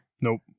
Nope